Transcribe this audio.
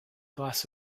glass